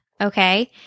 okay